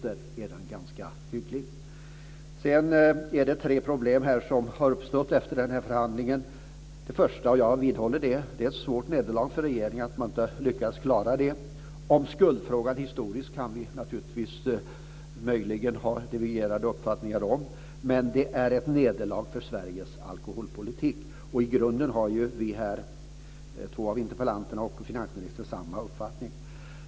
Den är ganska hygglig trots juristerna. Det har uppstått tre problem efter den här förhandlingen. Jag vidhåller att det är ett svårt nederlag för regeringen att man inte har lyckats lösa det första. Vi kan naturligtvis ha divergerande uppfattningar om skuldfrågan historiskt, men det är ett nederlag för Sveriges alkoholpolitik. I grunden har två av interpellanterna och finansministern samma uppfattning.